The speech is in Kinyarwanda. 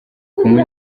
kunywa